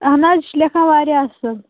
اَہَن حظ یہِ چھُ لٮ۪کھان واریاہ اَصٕل